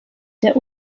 der